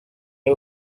heu